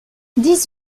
dix